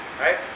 right